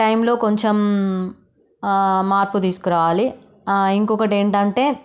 టైంలో కొంచెం మార్పు తీసుకురావాలి ఇంకొకటి ఏంటి అంటే